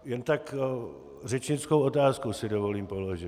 Jen tak řečnickou otázku si dovolím položit.